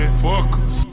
fuckers